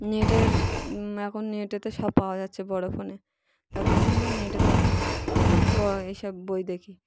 নেটের এখন নেটে তো সব পাওয়া যাচ্ছে বড় ফোনে তার জন্য আমরা নেটেতে এখন ব এইসব বই দেখি